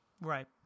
Right